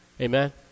Amen